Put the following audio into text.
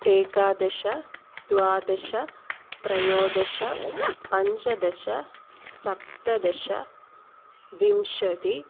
एकादश द्वादश त्रयोदश पञ्चदश सप्तदश विंशतिः